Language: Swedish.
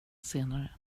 senare